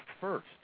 first